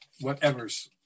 whatever's